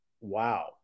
wow